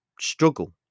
struggle